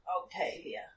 Octavia